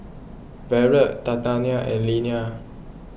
Barrett Tatianna and Leana